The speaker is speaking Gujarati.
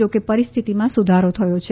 જોકે પરિસ્થિતિમાં સુધારો થયો છે